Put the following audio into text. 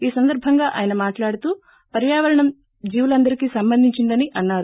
ఈ సందర్బంగా ఆయన మాట్లాడుతూ పర్వావరణం జీవులందరికి సంబంధించినదని అన్నారు